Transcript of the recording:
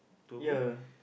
ya